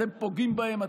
אתם פוגעים בהם,